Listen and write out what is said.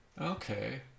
Okay